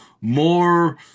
more